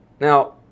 Now